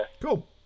Cool